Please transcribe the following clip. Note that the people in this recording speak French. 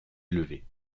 élevé